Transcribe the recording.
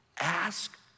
Ask